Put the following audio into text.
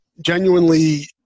genuinely